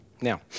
Now